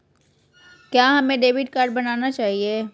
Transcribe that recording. क्या हमें debit card बनाना चाहिए?